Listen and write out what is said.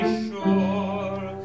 sure